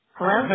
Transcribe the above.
Hello